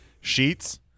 Sheets